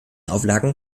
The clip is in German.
auflagen